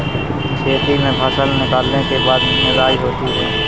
खेती में फसल निकलने के बाद निदाई होती हैं?